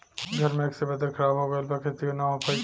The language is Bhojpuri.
घन मेघ से वेदर ख़राब हो गइल बा खेती न हो पाई